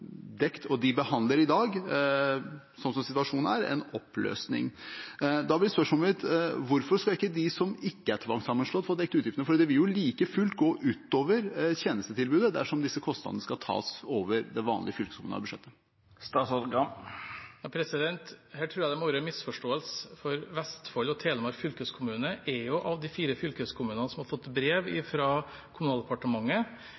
og de behandler i dag – slik som situasjonen er – en oppløsning. Da blir spørsmålet mitt: Hvorfor skal ikke de som ikke er tvangssammenslått, få dekket utgiftene? Det vil jo like fullt gå ut over tjenestetilbudet dersom disse kostnadene skal tas over det vanlige fylkeskommunale budsjettet. Her tror jeg det må være en misforståelse, for Vestfold og Telemark fylkeskommune er en av de fire fylkeskommunene som har fått brev